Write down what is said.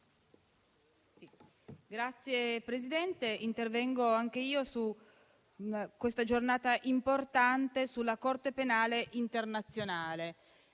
Signora Presidente, intervengo anch'io su questa giornata importante e sulla Corte penale internazionale.